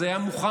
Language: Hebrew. זה היה מוכן.